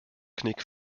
knick